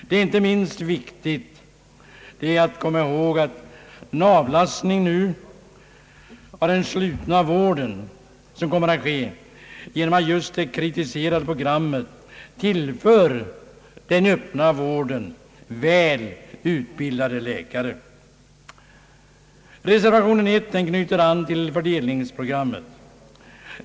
Det är inte minst viktigt att komma ihåg att den avlastning av den slutna vården som kommer att ske just genom det kritiserade programmet tillför den öppna vården väl utbildade läkare. Reservation 1 knyter an till fördelningsprogrammet.